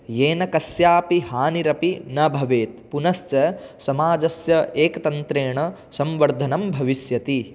येन कस्यापि हानिरपि न भवेत् पुनश्च समाजस्य एकतन्त्रेणं संवर्धनं भविष्यति